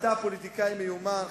אתה פוליטיקאי מיומן,